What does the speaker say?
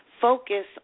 Focus